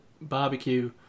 barbecue